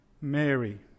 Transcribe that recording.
Mary